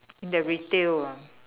the retail ah